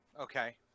Okay